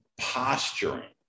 posturing